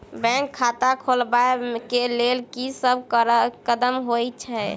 Bank खाता खोलबाबै केँ लेल की सब कदम होइ हय?